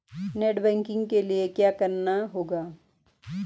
Net banking के लिए क्या करना होगा?